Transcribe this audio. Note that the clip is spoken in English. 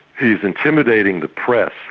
he is intimidating the press.